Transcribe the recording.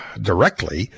directly